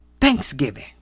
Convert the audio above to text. thanksgiving